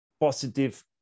positive